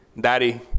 daddy